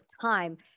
time